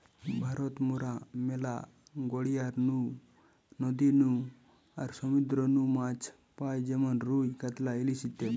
ভারত মরা ম্যালা গড়িয়ার নু, নদী নু আর সমুদ্র নু মাছ পাই যেমন রুই, কাতলা, ইলিশ ইত্যাদি